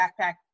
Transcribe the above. Backpack